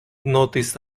notice